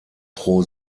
pro